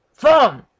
form!